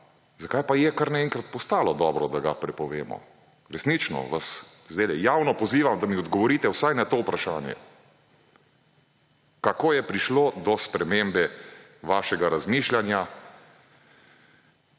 zakaj pa je kar naenkrat postalo dobro, da ga prepovemo? Resnično vas zdajle javno pozivam, da mi odgovorite vsaj na to vprašanje, kako je prišlo do spremembe vašega razmišljanja